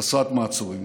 חסרת מעצורים.